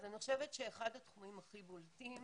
אני חושבת שאחד התחומים הכי בולטים,